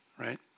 right